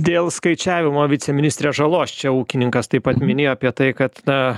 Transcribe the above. dėl skaičiavimo viceministre žalos čia ūkininkas taip pat minėjo apie tai kad na